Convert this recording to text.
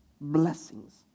blessings